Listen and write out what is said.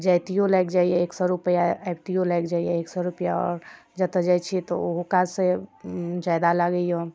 जाइतिओ लागि जाइए एक सओ रुपैआ आबितिओ लागि जाइए एक सओ रुपैआ आओर जतऽ जाइ छिए तऽ ओहू काजसँ जादा लागैए